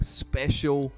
special